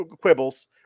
quibbles